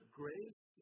grace